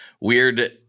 weird